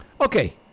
Okay